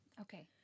Okay